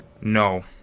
No